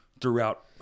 throughout